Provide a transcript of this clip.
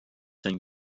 sain